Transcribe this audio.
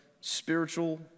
spiritual